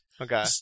Okay